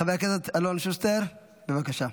חבר הכנסת אלון שוסטר, בבקשה.